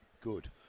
Good